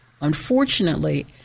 Unfortunately